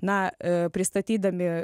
na pristatydami